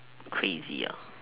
crazy ah